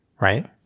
Right